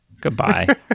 Goodbye